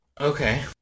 Okay